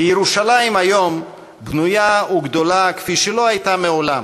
כי ירושלים היום בנויה וגדולה כפי שלא הייתה מעולם.